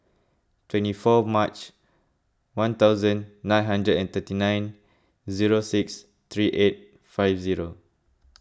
twenty four March one thousand nine hundred and thirty nine zero six three eight five zero